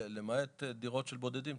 למעט דירות של בודדים,